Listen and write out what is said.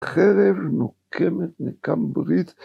‫חרב נוקמת נקם ברית.